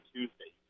Tuesday